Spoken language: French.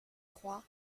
trois